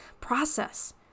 process